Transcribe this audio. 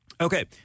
Okay